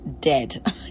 dead